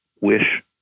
Wish